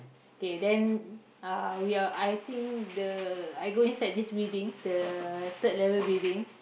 K then uh we are I think the I go inside this building the third level building